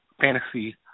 fantasy